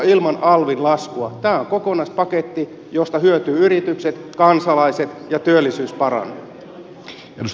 tämä on kokonaispaketti josta hyötyvät yritykset kansalaiset ja työllisyys paranee